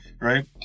Right